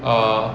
err